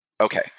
Okay